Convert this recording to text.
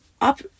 up